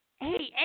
hey